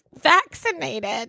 vaccinated